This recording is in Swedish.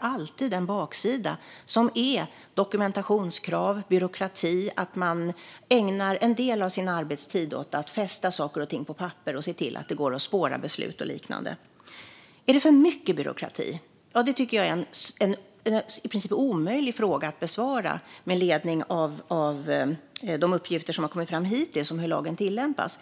alltid har en baksida, nämligen dokumentationskrav, byråkrati och att man ägnar en del av sin arbetstid åt att fästa saker och ting på papper för att se till att det går att spåra beslut och liknande. Är det för mycket byråkrati? Jag tycker att det är en i princip omöjlig fråga att besvara med ledning av de uppgifter som har kommit fram hittills om hur lagen tillämpas.